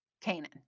Canaan